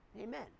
Amen